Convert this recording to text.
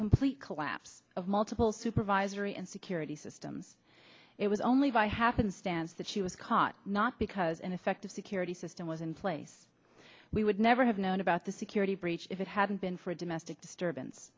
complete collapse of multiple supervisory and security systems it was only by happenstance that she was caught not because in effect a security system was in place we would never have known about the security breach if it hadn't been for a domestic disturbance